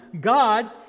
God